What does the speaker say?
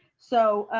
so